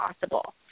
possible